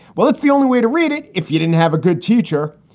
well, it's the only way to read it. if you didn't have a good teacher,